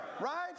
Right